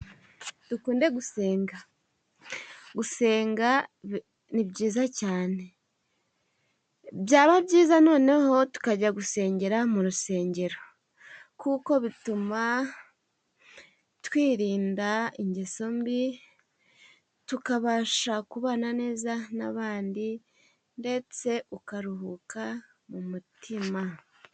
Dukunde gusenga, gusenga ni byiza cyane byaba byiza noneho tukajya gusengera mu rusengero, kuko bituma twirinda ingeso mbi, tukabasha kubana neza n'abandi ndetse ukaruhuka mu mutima.